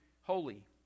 holy